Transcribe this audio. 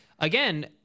Again